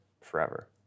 forever